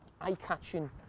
eye-catching